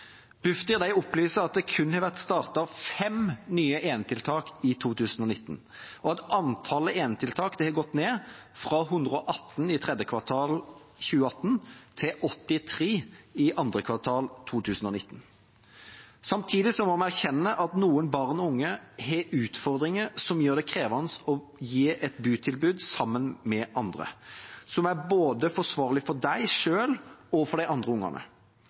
Bufdir opplyser at det kun har vært startet fem nye enetiltak i 2019, og at antallet enetiltak har gått ned fra 118 i tredje kvartal 2018 til 83 i andre kvartal 2019. Samtidig må vi erkjenne at noen barn og unge har utfordringer som gjør det krevende å gi et botilbud sammen med andre som er forsvarlig både for dem selv og for de andre